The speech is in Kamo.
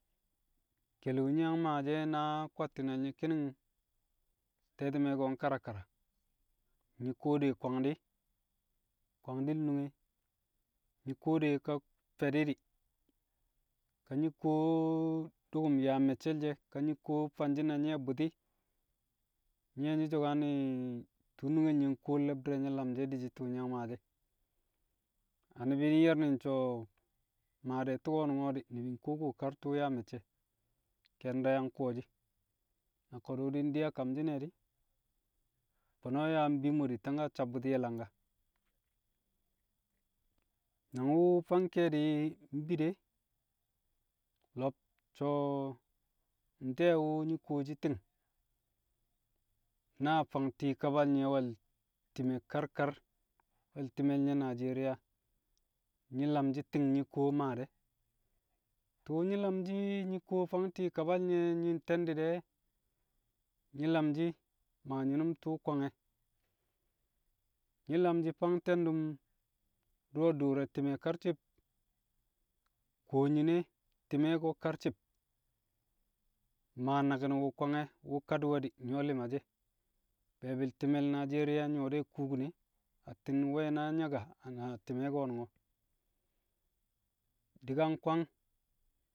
Keli wu̱ myi̱ yang maashi̱ na kwatti̱ne̱l nye̱ ki̱ni̱ng, te̱ti̱me̱ ko̱ nkara kara, nyi̱ kuwo de kwangdi̱, kwangdi̱l nunge, nyi̱ kuwo de ka- fe̱di̱ di̱, ka nyi̱ kuwo du̱ku̱m yaa me̱cce̱l nye̱ ka nyi̱ kuwo fanshi̱ na nye̱ bu̱ti̱, nyi̱ ye̱ nyi̱ so̱kane̱, tu̱u̱ nugel nye̱ nkuwo lo̱b di̱r re̱ nye̱ lamshi̱ di̱shi̱ tu̱u̱ nyi̱ yang maashi̱ e̱. Na ni̱bi̱ nye̱r ni̱n so̱ mmaa tu̱u̱ ko̱nu̱ngo̱ di̱, ni̱bi̱ nkuwo kuwo kar tu̱u̱ yaa me̱cce̱, ke̱e̱n di̱re̱ yang kuwo shi̱ na ko̱du̱ di̱ a kamshi̱n e̱ di̱, fo̱no̱ yaa bimo di̱ ntangka sabbu̱ti̱ na langka. Nang wu̱ fang ke̱e̱di̱ nbi de lo̱b so̱ nte̱e̱ wu̱ nyi̱ kuwoshi ti̱ng naa fang ti̱i̱ kabal we̱l ti̱me̱ kar kar we̱l ti̱me̱l nye̱ Najeriya, nyi̱ lamshi̱ ti̱ng nyi̱ kuwo maa shẹ tu̱u̱ nyi̱ lamshi̱ nyi̱ kuwo fang ti̱i̱ kabal nye̱ nyi̱ nte̱ndi̱ de̱ nyi̱ lamshi̱ maa nyi̱nu̱m tu̱u̱ kwange̱ nyi̱ lamshi̱ fang te̱ndu̱m du̱ro̱ du̱u̱r re̱ ti̱mẹ karci̱b, kuwo nyi̱ne̱ ti̱me̱ ko̱ karci̱b maa naki̱n wu̱ kwange̱ wu̱ kadi̱wẹdi̱ nyu̱wo̱ li̱ma she̱ be̱e̱bi̱l ti̱me̱l Najeriya nyu̱wo̱ dẹ kubine. Atti̱n we̱ na nyaka a ti̱me̱ ko̱nu̱ngo̱ di̱ ka nkwang.